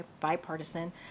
bipartisan